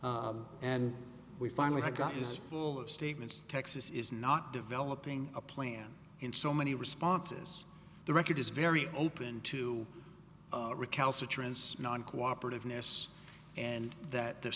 and we finally have got is full of statements texas is not developing a plan in so many responses the record is very open to recalcitrance non cooperative ness and that their